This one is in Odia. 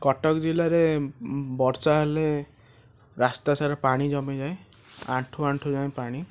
କଟକ ଜିଲ୍ଲାରେ ବର୍ଷାହେଲେ ରାସ୍ତାସାରା ପାଣି ଜମି ଯାଏ ଆଣ୍ଠୁ ଆଣ୍ଠୁ ଯାଏ ପାଣି